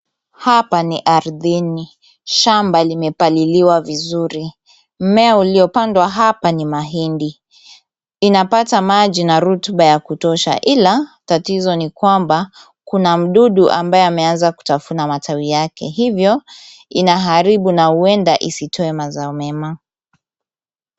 Hapa ardhini. Shamba limepaliliwa vizuri. Mmea uliopandwa hapa ni mahindi. Inapata maji na rutuba ya kutosha ila tatizo ni kwamba kuna mdudu ambaye ameanza kutafuta matawi yake hivyo inaharibu na huenda isitoe mazao mema.